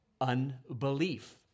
Unbelief